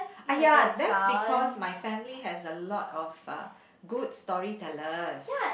ah ya that's because my family has a lot of uh good story tellers